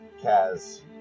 Kaz